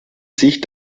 sich